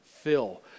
fill